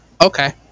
Okay